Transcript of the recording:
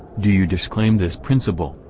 do you disclaim this principle,